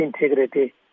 integrity